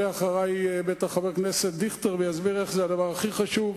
אחרי יעלה ודאי חבר הכנסת דיכטר ויסביר איך זה הדבר הכי חשוב.